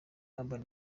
urban